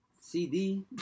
CD